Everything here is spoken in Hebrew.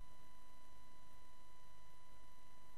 למדינת